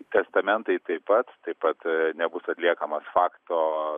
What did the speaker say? testamentai taip pat taip pat nebus atliekamas fakto